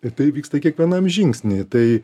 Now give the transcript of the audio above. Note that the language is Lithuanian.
ir tai vyksta kiekvienam žingsnyje tai